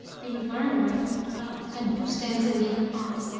he would learn where folk dwell, and who stands in need of aught,